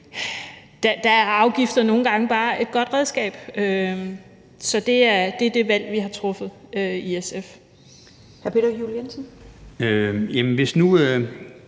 der er afgifter nogle gange bare et godt redskab. Så det er det valg, vi har truffet i SF. Kl. 19:02 Første næstformand (Karen